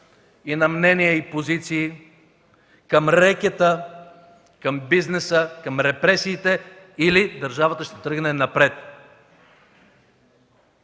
на мнения и позиции, към рекета, към бизнеса, към репресиите, или държавата ще тръгне напред